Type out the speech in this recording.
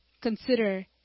consider